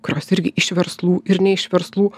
kurios irgi iš verslų ir ne iš verslų